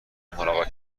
ملاقات